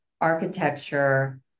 architecture